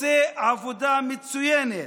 עושה עבודה מצוינת